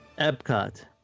Epcot